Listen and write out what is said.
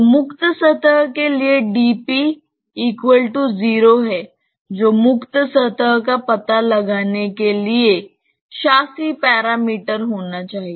तो मुक्त सतह के लिए dp 0 है जो मुक्त सतह का पता लगाने के लिए शासी पैरामीटर होना चाहिए